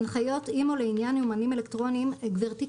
"הנחיות אימ"ו לעניין יומנים אלקטרוניים" - גבירתי,